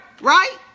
right